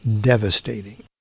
devastating